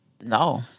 no